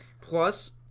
Plus